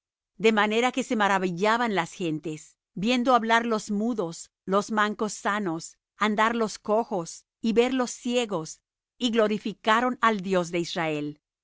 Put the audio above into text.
de manera que se maravillaban las gentes viendo hablar los mudos los mancos sanos andar los cojos y ver los ciegos y glorificaron al dios de israel